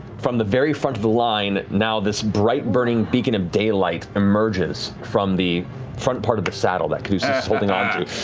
from the very front of the line now this bright burning beacon of daylight emerges from the front part of the saddle that caduceus is holding onto